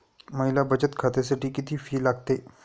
महिला बचत खात्यासाठी किती फी लागते?